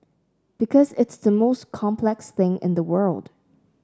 because it's the most complex thing in the world